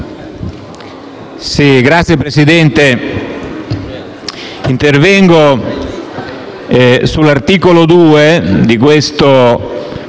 Signor Presidente, intervengo sull'articolo 2 di questo